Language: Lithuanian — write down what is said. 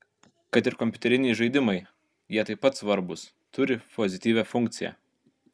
kad ir kompiuteriniai žaidimai jie taip pat svarbūs turi pozityvią funkciją